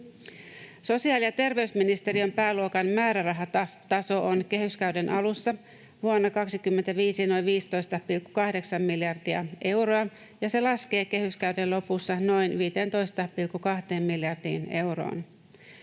Sosiaali- ja terveysministeriön pääluokan määrärahataso on kehyskauden alussa vuonna 25 noin 15,8 miljardia euroa, ja se laskee kehyskauden lopussa noin 15,2 miljardiin euroon.